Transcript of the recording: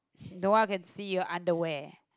don't want can see your underwear